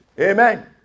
Amen